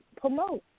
promote